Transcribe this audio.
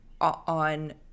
on